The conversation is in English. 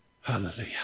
Hallelujah